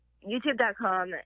YouTube.com